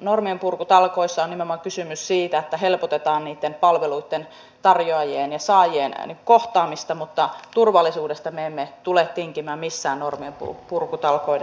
normienpurkutalkoissa on nimenomaan kysymys siitä että helpotetaan niitten palveluitten tarjoajien ja saajien kohtaamista mutta turvallisuudesta me emme tule tinkimään missään normienpurkutalkoiden yhteydessä